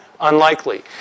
unlikely